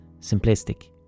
simplistic